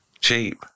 Cheap